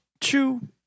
Chew